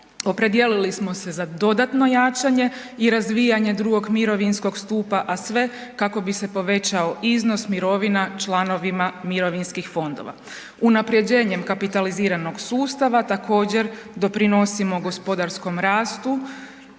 opredijelili smo se za dodatno jačanje i razvijanje II mirovinskog stupa, a sve kako bi se povećao iznos mirovina članovima mirovinskih fondova. Unapređenjem kapitaliziranog sustava također doprinosimo gospodarskom rastu